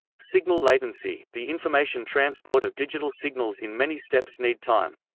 signal latency the information transport of digital signals in many steps need time.